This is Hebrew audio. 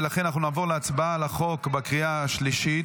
לכן אנחנו נעבור להצבעה על החוק בקריאה השלישית.